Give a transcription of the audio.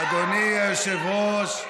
אדוני היושב-ראש,